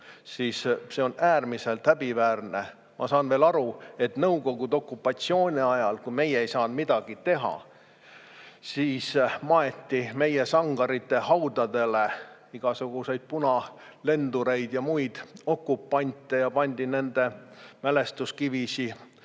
See on äärmiselt häbiväärne. Ma saan veel aru, et Nõukogude okupatsiooni ajal, kui meie ei saanud midagi teha, maeti meie sangarite haudadele igasuguseid punalendureid ja muid okupante ning pandi nende mälestuskivisid